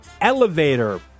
elevator